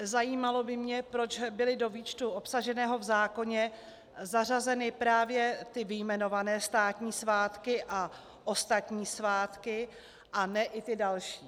Zajímalo by mě, proč byly do výčtu obsaženého v zákoně zařazeny právě ty vyjmenované státní svátky a ostatní svátky a ne i ty další.